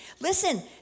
listen